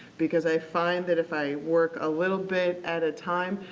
because i find that if i work a little bit at a time,